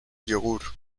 yogur